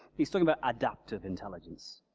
he's talking about adaptive intelligence.